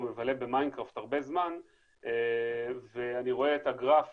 מבלה במיינדקראפט הרבה זמן ואני רואה את הגרף